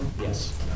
Yes